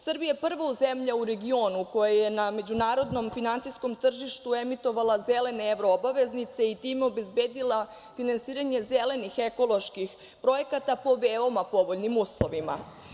Srbija je prva zemlja u regionu koja je na međunarodnom finansijskom tržištu emitovala zelene evro-obveznice i time obezbedila finansiranje zelenih ekoloških projekata po veoma povoljnim uslovima.